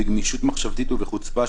בגמישות מחשבתית ובחוצפה,